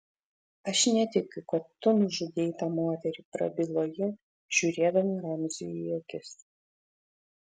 aš netikiu kad tu nužudei tą moterį prabilo ji žiūrėdama ramziui į akis